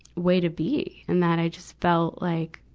way to be, in that i just felt like,